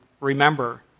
Remember